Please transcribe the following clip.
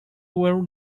were